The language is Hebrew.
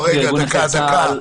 למה הפורמט הזה?